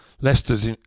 Leicester's